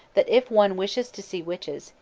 that if one wishes to see witches,